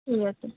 ঠিক আছে